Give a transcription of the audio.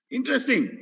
Interesting